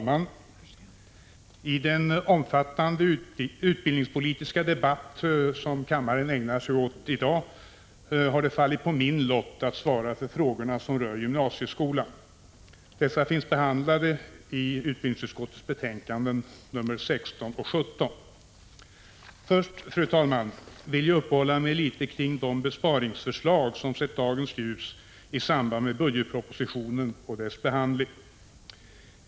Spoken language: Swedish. Fru talman! I den omfattande utbildningspolitiska debatt som kammaren ägnar sig åt i dag har det fallit på min lott att svara för frågorna som rör gymnasieskolan. Dessa finns behandlade i utbildningsutskottets betänkanden nr 16 och 17. Först, fru talman, vill jag uppehålla mig litet kring de besparingsförslag som sett dagens ljus i samband med budgetpropositionen och dess behandling.